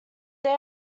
they